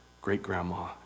great-grandma